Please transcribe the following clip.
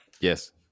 Yes